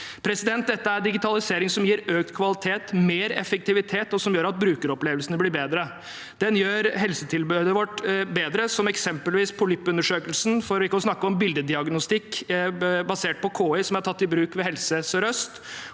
Dette er digitalisering som gir økt kvalitet, mer effektivitet og en bedre brukeropplevelse. Den gjør helsetilbudet vårt bedre, som i eksempelet med polyppundersøkelsen, for ikke å snakke om bildediagnostikk basert på KI, som er tatt i bruk ved Helse sør-øst